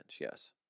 yes